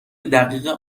دقیق